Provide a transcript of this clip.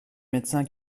médecin